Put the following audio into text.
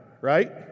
right